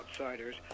outsiders